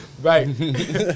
Right